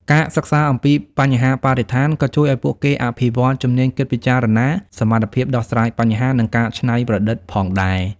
ការសិក្សាអំពីបញ្ហាបរិស្ថានក៏ជួយឱ្យពួកគេអភិវឌ្ឍជំនាញគិតពិចារណា សមត្ថភាពដោះស្រាយបញ្ហា និងការច្នៃប្រឌិតផងដែរ។